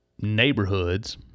neighborhoods